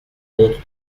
honte